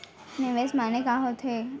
निवेश माने का होथे?